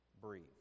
breathe